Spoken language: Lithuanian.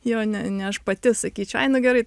jo ne ne aš pati sakyčiau ai nu gerai